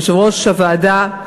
יושב-ראש הוועדה,